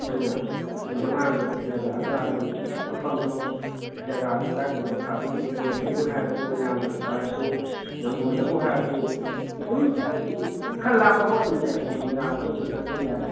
ꯑꯩꯈꯣꯏꯅ ꯑꯗꯨꯝ ꯑꯉꯥꯡꯈꯩ ꯊꯤꯜꯍꯜꯂꯛꯑꯒ ꯑꯗꯨꯝ ꯃꯐꯝꯗꯣ ꯖꯒꯥꯗꯣ ꯀꯥꯏꯗꯅꯣ ꯊꯥꯗꯣꯏꯁꯦ ꯀꯩꯅꯧꯗꯅꯤ ꯍꯥꯏꯔꯁꯨ ꯑꯣꯏꯅꯥꯝꯗꯕꯨ ꯍꯥꯏꯔꯁꯨ ꯅꯝꯕꯣꯜꯗꯕꯨ ꯍꯥꯏꯔꯁꯨ ꯑꯗꯨꯝ ꯈꯔ ꯂꯥꯞꯄꯐꯥꯎ ꯑꯗꯨꯝ ꯌꯥꯏꯀꯣ ꯃꯣꯏꯔꯥꯡꯕꯥꯎ ꯑꯗꯨꯝ ꯆꯠꯄ ꯌꯥꯏ